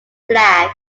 flag